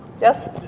Yes